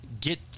get